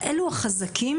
אלו החזקים